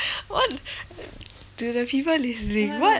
what to the people listening what